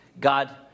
God